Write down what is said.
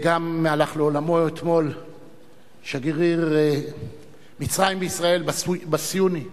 אתמול הלך לעולמו שגריר מצרים בישראל, בסיוני,